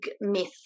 myth